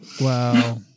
Wow